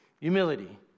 Humility